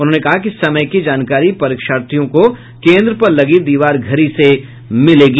उन्होंने कहा कि समय की जानकारी परीक्षार्थी को केन्द्र पर लगी दीवार घड़ी से मिलेगी